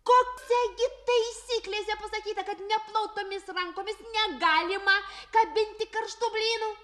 taisyklėse pasakyta kad neplautomis rankomis negalima kabinti karštų blynų